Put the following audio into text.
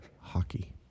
hockey